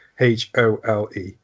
H-O-L-E